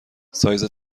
سایز